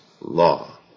law